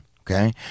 okay